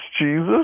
Jesus